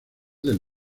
del